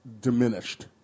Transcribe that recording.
diminished